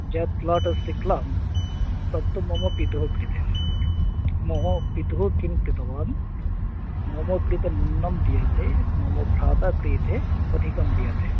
यत् प्लाट् अस्ति किल तत्तु मम पितुः कृते मम पितुः किं कृतवान् मम कृते न्यूनं दीयते मम भ्राता कृते अधिकं दीयते